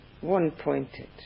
one-pointed